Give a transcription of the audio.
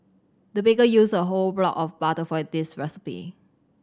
the baker used a whole block of butter for a this recipe